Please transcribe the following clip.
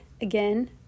again